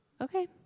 Okay